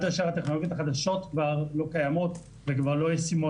אשר הטכנולוגיות החדשות כבר לא קיימות וכבר לא ישימות.